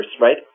right